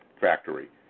factory